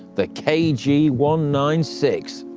the k g one nine six.